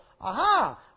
aha